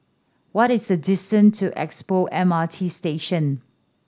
what is the distance to Expo M R T Station